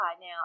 Now